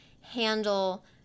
handle